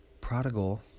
Prodigal